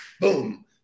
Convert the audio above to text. Boom